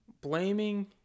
blaming